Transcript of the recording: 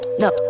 No